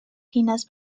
finas